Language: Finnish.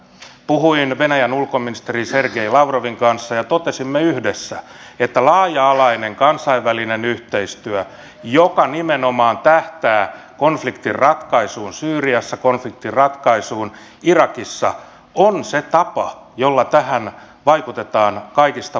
puhuin venäjän ulkoministeri sergei lavrovin kanssa ja totesimme yhdessä että laaja alainen kansainvälinen yhteistyö joka nimenomaan tähtää konfliktin ratkaisuun syyriassa konfliktin ratkaisuun irakissa on se tapa jolla tähän vaikutetaan kaikista voimallisimmin